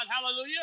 Hallelujah